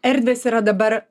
erdvės yra dabar